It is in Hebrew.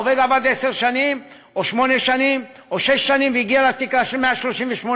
עובד עבד עשר שנים או שמונה שנים או שש שנים והגיע לתקרה של 138,000,